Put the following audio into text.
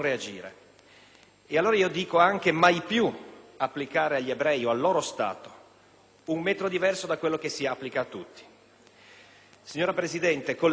reagire. Allora, mai più applicare agli ebrei o al loro Stato un metro diverso da quello che si applica a tutti.